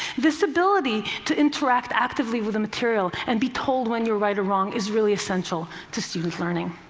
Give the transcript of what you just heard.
this ability to interact actively with the material and be told when you're right or wrong is really essential to student learning.